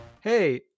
Hey